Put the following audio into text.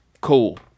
Cool